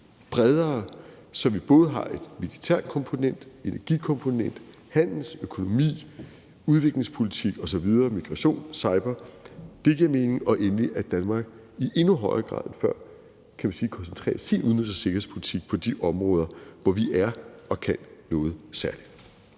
bredere, så vi både har en militær komponent, en energikomponent, handel, økonomi, udviklingspolitik, migration, cyberområdet osv. – det giver mening – og endelig, at Danmark i endnu højere grad end før, kan man sige, koncentrerer sin udenrigs- og sikkerhedspolitik på de områder, hvor vi er og kan noget særligt.